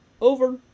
over